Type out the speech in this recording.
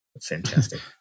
Fantastic